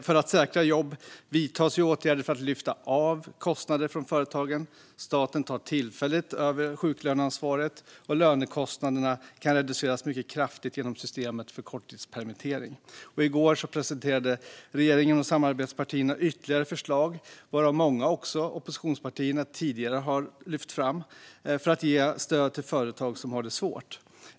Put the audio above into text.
För att säkra jobb vidtas åtgärder för att lyfta bort kostnader från företagen. Staten tar tillfälligt över sjuklöneansvaret, och lönekostnaderna kan reduceras mycket kraftigt genom systemet för korttidspermittering. Och i går presenterade regeringen och samarbetspartierna ytterligare förslag, varav många tidigare lyfts fram av oppositionspartierna, för att ge stöd till företag som har det svårt.